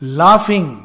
laughing